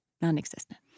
non-existent